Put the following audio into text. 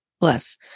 Bless